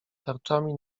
tarczami